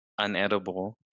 unedible